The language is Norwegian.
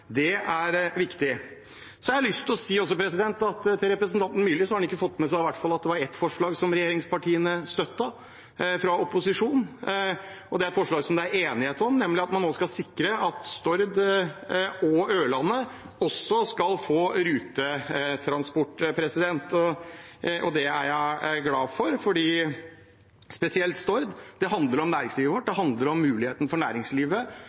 Det er viktig. Jeg har også lyst til å si til representanten Myrli at han ikke har fått med seg at det i hvert fall er ett forslag fra opposisjonen som regjeringspartiene støtter. Det er et forslag det er enighet om, nemlig at man nå skal sikre at Stord og Ørland også skal få rutetransport. Det er jeg glad for – spesielt for Stord – for det handler om næringslivet vårt, det handler om muligheten til å få transportert personer til og fra, og for næringslivet